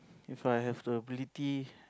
If I have the ability